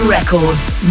Records